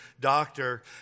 doctor